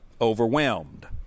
overwhelmed